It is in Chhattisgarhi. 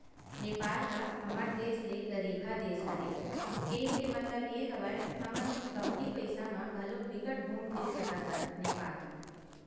नेपाल ह हमर देस ले गरीबहा देस हरे, केहे के मललब ये हवय हमन कमती पइसा म घलो बिकट घुम फिर सकथन नेपाल म